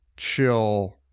chill